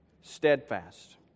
steadfast